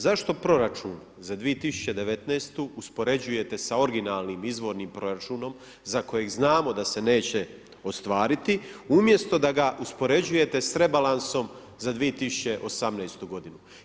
Zašto proračun za 2019. uspoređujete sa originalnim izvornim proračunom za koje znamo da se neće ostvariti umjesto da ga uspoređuje s rebalansom za 2018. godinu?